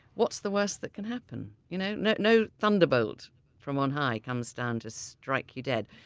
what's the worst that can happen? you know no no thunderbolt from on high comes down to strike you dead.